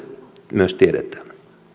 myös tiedetään